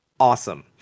awesome